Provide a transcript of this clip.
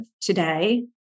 today